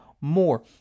more